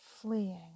fleeing